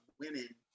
women